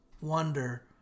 wonder